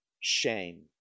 shame